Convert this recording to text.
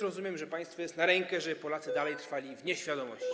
Rozumiem, że państwu jest na rękę, żeby Polacy dalej trwali w nieświadomości.